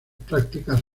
prácticas